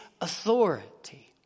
authority